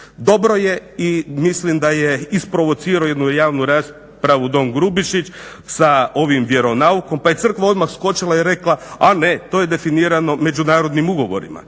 Dobro je i mislim da je isprovocirao jednu javnu raspravu don Grubišić sa ovim vjeronaukom pa je crkva odmah skočila i rekla a ne, to je definirano međunarodnim ugovorima.